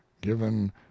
given